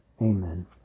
Amen